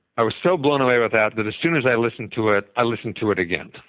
i was so blown away with that that as soon as i listened to it, i listened to it again.